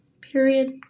Period